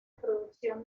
producción